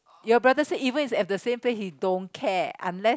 your brother even is at the same place he don't care unless